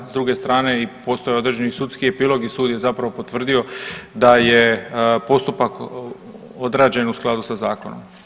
S druge strane, i postoje određeni sudski epilog i sud je zapravo potvrdio da je postupak odrađen u skladu sa zakonom.